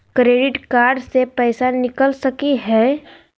Credit card से पैसा निकल सकी हय?